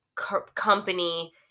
company